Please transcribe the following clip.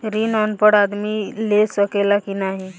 ऋण अनपढ़ आदमी ले सके ला की नाहीं?